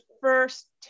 first